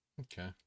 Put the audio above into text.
Okay